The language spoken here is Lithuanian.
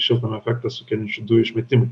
šiltnamio efektą sukeliančių dujų išmetimai